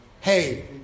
Hey